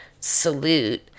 salute